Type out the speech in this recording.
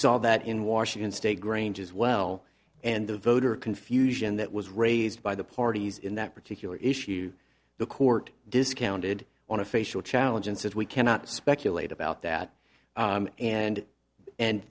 saw that in washington state grange as well and the voter confusion that was raised by the parties in that particular issue the court discounted on a facial challenge and said we cannot speculate about that and and